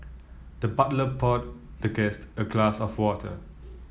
the butler poured the guest a glass of water